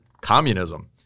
communism